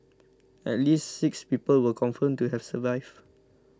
at least six people were confirmed to have survived